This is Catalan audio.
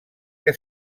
que